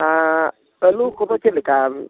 ᱟᱹᱞᱩ ᱠᱚᱫᱚ ᱪᱮᱫ ᱞᱮᱠᱟ